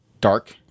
dark